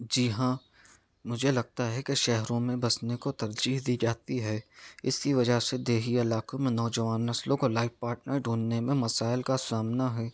جی ہاں مجھے لگتا ہے کہ شہروں میں بسنے کو ترجیح دی جاتی ہے اس کی وجہ سے دیہی علاقوں میں نوجوان نسلوں کو لائف پارٹنر ڈھونڈنے میں مسائل کا سامنا ہے